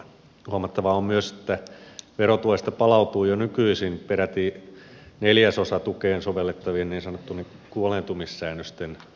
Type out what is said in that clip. huomattavaa on myös että verotuesta palautuu jo nykyisin peräti neljäsosa tukeen sovellettavien niin sanottujen kuoleentumissäännösten vuoksi